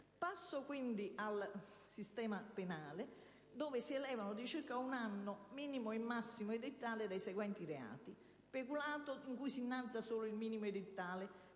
riforma del sistema penale, dove si elevano di circa un anno il minimo e il massimo edittale dei seguenti reati: peculato, in cui si innalza solo il minimo edittale;